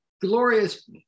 glorious